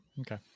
okay